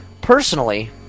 Personally